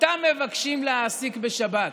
אותם מבקשים להעסיק בשבת,